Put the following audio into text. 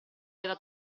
della